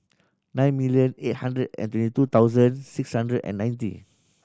nine million eight hundred and twenty two thousand six hundred and ninety